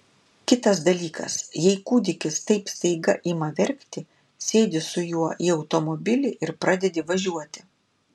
kitas dalykas jei kūdikis taip staiga ima verkti sėdi su juo į automobilį ir pradedi važiuoti